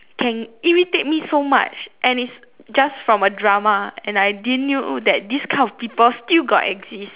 can irritate me so much and it's just from a drama and I didn't knew that this kind of people still got exist